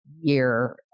year